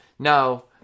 No